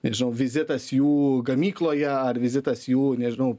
nežinau vizitas jų gamykloje ar vizitas jų nežinau